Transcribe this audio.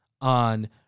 on